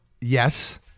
Yes